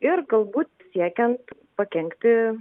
ir galbūt siekiant pakenkti